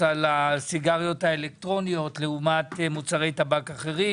על הסיגריות האלקטרוניות לעומת מוצרי טבק אחרים.